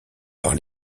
par